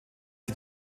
sie